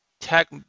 tech